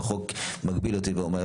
והחוק מגביל אותי ואומר,